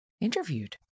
interviewed